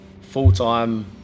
full-time